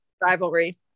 rivalry